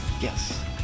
Yes